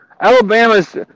Alabama's